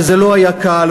וזה לא היה קל,